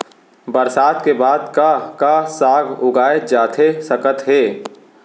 बरसात के बाद का का साग उगाए जाथे सकत हे?